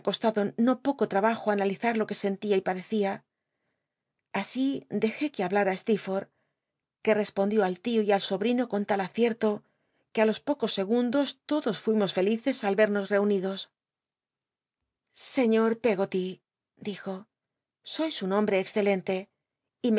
no poco trabajo analizar lo que sentía y padccia así dejé que hablara steetforth que respondió al tio y al sobrino con tal acierto que á los pocos segundos todos fuimos felices al vernos reunidos señot peggoty dijo sois un homlll'e excelente